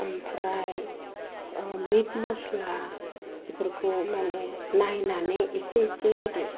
आमफ्राय मिट मस्ला बेफोरखौ मानि नायनानै एसे एसे होदो